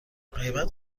قیمت